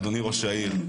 אדוני ראש העיר,